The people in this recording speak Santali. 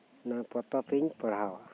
ᱚᱱᱟ ᱯᱚᱛᱚᱵ ᱤᱧ ᱯᱟᱲᱦᱟᱣᱟ